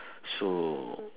so